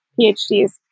PhDs